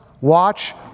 Watch